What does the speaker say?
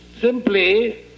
Simply